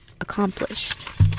accomplished